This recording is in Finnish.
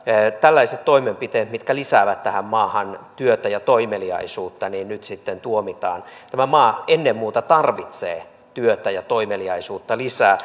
tällaiset toimenpiteet mitkä lisäävät tähän maahan työtä ja toimeliaisuutta nyt sitten tuomitaan tämä maa ennen muuta tarvitsee työtä ja toimeliaisuutta lisää